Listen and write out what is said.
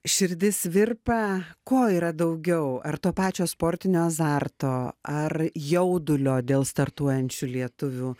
širdis virpa ko yra daugiau ar to pačio sportinio azarto ar jaudulio dėl startuojančių lietuvių